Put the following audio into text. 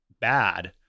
bad